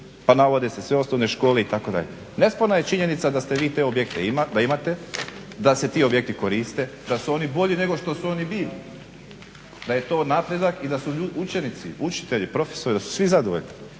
a navode se sve osnovne škole itd. Nesporna je činjenica da vi te objekte imate, da se ti objekti koriste, da su oni bolji nego što su oni bili, da je to napredak i da su učenici, učitelji, profesori da su svi zadovoljni.